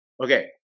Okay